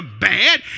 bad